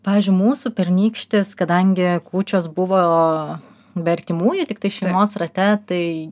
pavyzdžiui mūsų pernykštis kadangi kūčios buvo be artimųjų tiktai šeimos rate tai